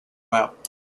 out